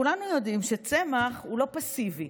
כולנו יודעים שצמח הוא לא פסיבי,